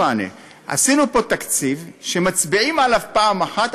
עשינו פה תקציב שמצביעים עליו פעם אחת,